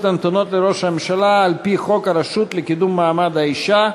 הנתונות לראש הממשלה על-פי חוק הרשות לקידום מעמד האישה.